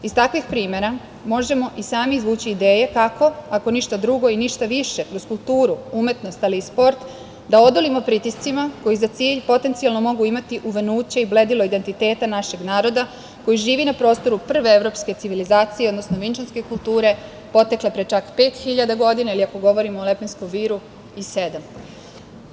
Iz takvih primera možemo i sami izvući ideje kako, ako ništa drugo i ništa više, kroz kulturu, umetnost, ali i sport da odolimo pritiscima koji za cilj potencijalno mogu imati uvenuće i bledilo identiteta našeg naroda koji živi na prostoru prve evropske civilizacije, odnosno vinčanske kulture, potekle pre čak 5.000 godina ili ako govorimo o Lepenskom viru i 7.000 godina.